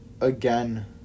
again